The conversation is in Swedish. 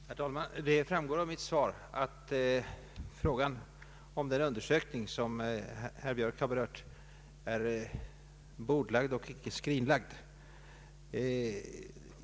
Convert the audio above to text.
Herr talman! Det framgår av mitt svar, att frågan om den undersökning som herr Björk har berört är bordlagd och icke skrinlagd.